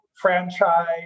franchise